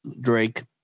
Drake